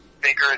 bigger